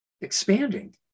expanding